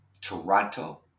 Toronto